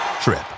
trip